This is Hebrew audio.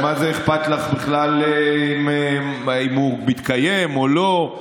אז מה זה אכפת לך בכלל אם הוא מתקיים או לא?